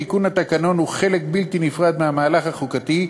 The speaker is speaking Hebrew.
תיקון התקנון הוא חלק בלתי נפרד מהמהלך החוקתי.